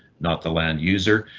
not the land user,